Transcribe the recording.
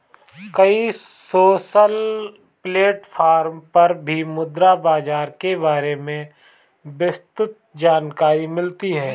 कई social platform पर भी मुद्रा बाजार के बारे में विस्तृत जानकरी मिलती है